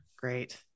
great